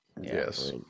Yes